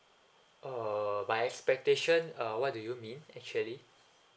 uh my expectation uh what do you mean actually